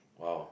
!wow!